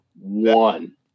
one